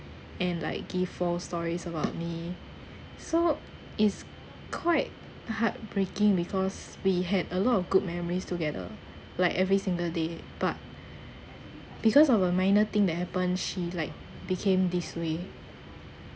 and like give false stories about me so is quite heartbreaking because we had a lot of good memories together like every single day but because of a minor thing that happen she like became this way